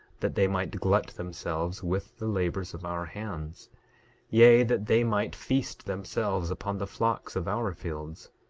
that they might glut themselves with the labors of our hands yea, that they might feast themselves upon the flocks of our fields.